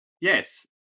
Yes